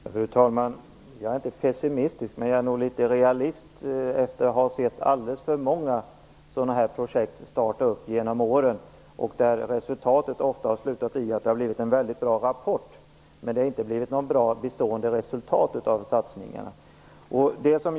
Fru talman! Jag är inte pessimistisk, men efter att genom åren ha sett alldeles för många sådana projekt starta är jag nog snarare realist. Det har ofta slutat med att det har blivit en väldigt bra rapport, men det har inte blivit några bra och bestående resultat av satsningarna.